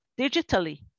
digitally